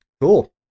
Cool